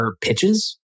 pitches